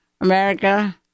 America